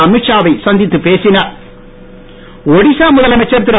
அமித் ஷா வை சந்தித்துப் பேசினர் ஒடிஷா முதலமைச்சர் திரு